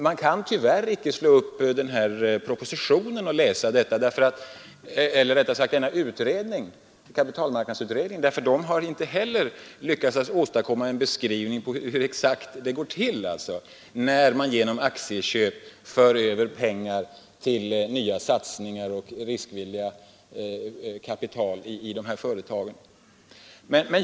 Man kan tyvärr icke slå upp kapitalmarknadsutredningen och läsa detta, för där har de inte heller lyckats åstadkomma en beskrivning av exakt hur det går till när man genom aktieköp för över pengar till nya satsningar och riskvilligt kapital i företagen.